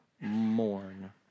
mourn